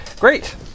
Great